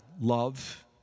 love